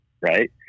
right